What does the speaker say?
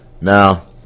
Now